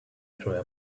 through